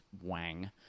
wang